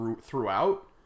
throughout